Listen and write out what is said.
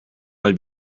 mal